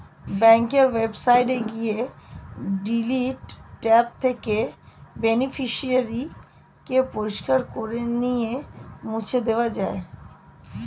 ব্যাঙ্কের ওয়েবসাইটে গিয়ে ডিলিট ট্যাব থেকে বেনিফিশিয়ারি কে পরিষ্কার করে বা মুছে দেওয়া যায়